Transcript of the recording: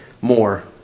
more